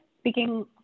speaking